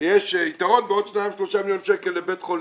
שיש יתרון בעוד 3-2 מיליון שקלים לבית החולים.